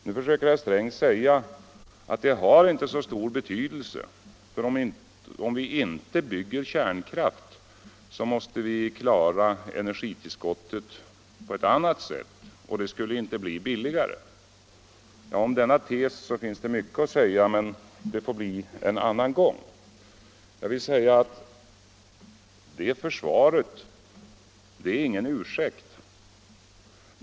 Nu försöker herr Sträng säga att det inte har så stor betydelse, för om vi inte bygger kärnkraft måste vi klara energitillskottet på annat sätt, och det skulle inte bli billigare. Mot denna tes finns mycket att invända, men det får bli en annan gång. Jag vill nu bara säga att det försvaret är ingen ursäkt.